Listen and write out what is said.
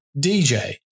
DJ